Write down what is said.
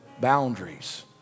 boundaries